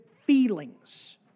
feelings